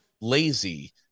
lazy